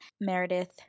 Meredith